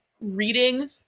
reading